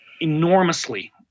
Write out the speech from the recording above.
enormously